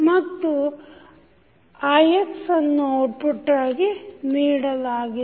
ಮತ್ತು ix ಅನ್ನು ಔಟ್ಪುಟ್ಟಾಗಿ ನೀಡಲಾಗಿದೆ